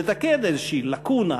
לתקן איזושהי לקונה,